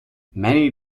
many